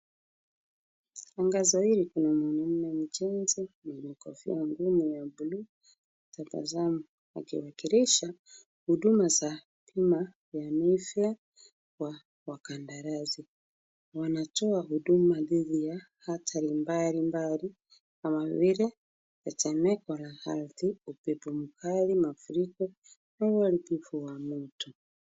Tangazo hili kuna mwanaume mjenzi mwenye kofia ngumu ya buluu akitabasamu akiwakilisha huduma za bima ya Nefla wa kandarasi. Wanatoa huduma dhidi ya hatari mbalimbali kama vile tetemeko la ardhi, upepo mkali, mafuriko na uharibifu wa moto.